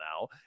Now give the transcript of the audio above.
now